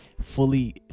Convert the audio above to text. fully